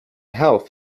health